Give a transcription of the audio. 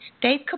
Dave